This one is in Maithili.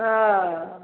अ